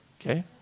Okay